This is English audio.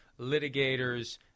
litigators